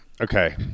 okay